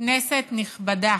כנסת נכבדה,